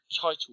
title